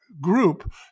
group